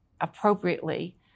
appropriately